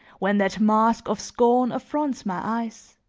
when that mask of scorn affronts my eyes.